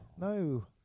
no